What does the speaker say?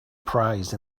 prize